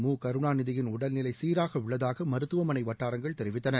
முகருணாநிதியின் உடல்நிலை சீராக உள்ளதாக மருத்துவமனை வட்டாரங்கள் தெரிவித்தன